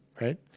right